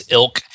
ilk